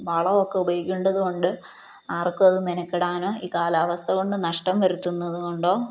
വളമൊക്കെ ഉപയോഗിക്കേണ്ടതുകൊണ്ട് ആർക്കും അതു മെനക്കടാനോ ഈ കാലാവസ്ഥകൊണ്ടു നഷ്ടം വരുത്തുന്നതുകൊണ്ടോ